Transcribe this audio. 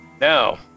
Now